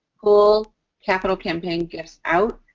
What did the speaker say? pull capital campaign gifts out.